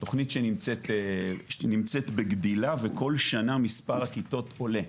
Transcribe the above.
תוכנית שנמצאת בגדילה וכל שנה מספר הכיתות עולה.